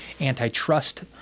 antitrust